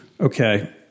Okay